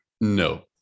No